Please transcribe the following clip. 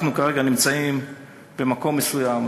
אנחנו כרגע נמצאים במקום מסוים,